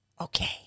Okay